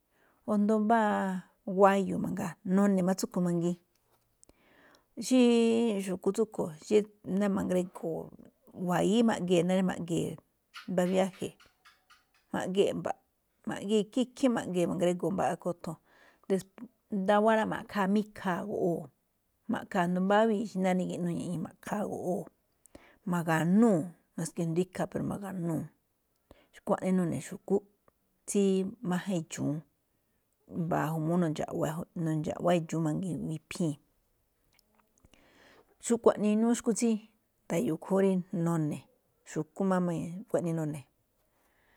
O asndo mbáa guáyo̱ mangaa, none̱ máꞌ tsúꞌkhue̱n mangiin, xí xu̱kú tsúꞌkhue̱n xí ná ma̱ngrego̱o̱, wa̱yíí ma̱ꞌgee̱ ná ri ma̱ꞌgee̱ mbá viáje̱, ma̱ꞌgee̱ mba̱ꞌ ma̱ꞌgee̱ ikhín ikhín ma̱ꞌgee̱ ma̱ngrego̱o̱, ma̱ꞌgee̱ mba̱ꞌa kothon. ndawáá rá ma̱ꞌkhaa̱ máꞌ ikhaa̱ goꞌwoo̱, ma̱ꞌkhaa̱ asndo mbáwíi̱ xí rí náá rí nigíꞌnuu ña̱ꞌñii̱, ma̱ꞌkhaa̱ goꞌwoo̱ ma̱ga̱núu̱, maske i̱ndo̱ó ikhaa̱ pero ma̱ga̱nuu̱. Xkuaꞌnii none̱ xu̱kú tsí máján idxu̱ún mba̱a̱ ju̱mu̱ú na̱ndxa̱ꞌwáá idxu̱ún mangiin wiphii̱n. Xkuaꞌnii inúú xu̱kú tsí nda̱yo̱o̱ ikhúúnꞌ rí none̱ xu̱kú máꞌ xkuaꞌnii none̱.